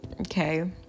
okay